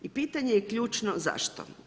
I pitanje je ključno zašto?